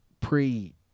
pre